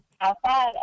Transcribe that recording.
outside